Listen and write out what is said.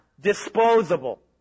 disposable